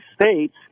states